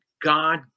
God